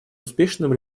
успешным